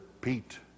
Pete